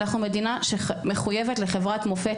אנחנו מדינה שמחויבת לחברת מופת,